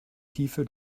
tiefe